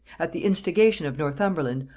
at the instigation of northumberland,